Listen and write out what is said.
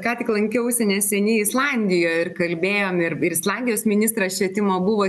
ką tik lankiausi neseniai islandijoj ir kalbėjom ir ir islandijos ministras švietimo buvo